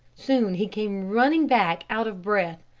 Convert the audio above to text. soon he came running back out of breath.